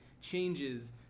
changes